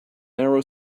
narrow